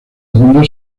mundos